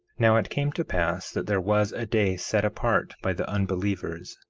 now it came to pass that there was a day set apart by the unbelievers,